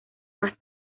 más